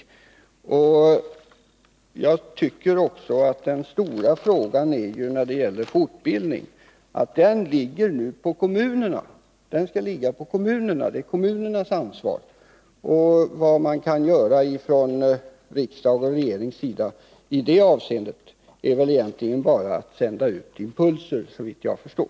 Jag tycker att frågan om fortbildning nu åvilar kommunerna. Vad riksdag och regering kan göra på det här området är väl egentligen, såvitt jag förstår, bara att sända ut impulser.